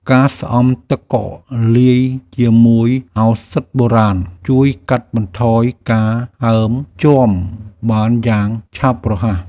ការស្អំទឹកកកលាយជាមួយឱសថបុរាណ ជួយកាត់បន្ថយការហើមជាំបានយ៉ាងឆាប់រហ័ស។